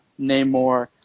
Namor